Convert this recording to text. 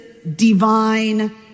divine